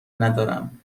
ندارم